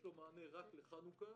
אלא רק לחנוכה.